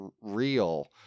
real